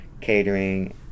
catering